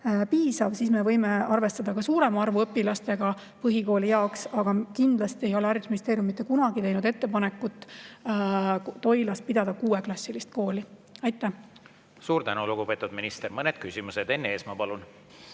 piisav, siis me võime arvestada ka suurema arvu õpilastega põhikooli jaoks, aga kindlasti ei ole haridusministeerium mitte kunagi teinud ettepanekut Toilas pidada kuueklassilist kooli. Aitäh! Suur tänu, lugupeetud minister! Mõned küsimused. Enn Eesmaa, palun!